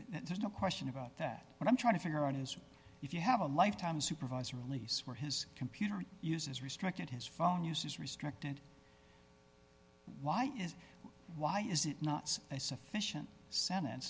there's no question about that but i'm trying to figure out is if you have a lifetime of supervised release where his computer use is restricted his phone use is restricted why is why is it not a sufficient sen